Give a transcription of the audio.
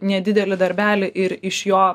nedidelį darbelį ir iš jo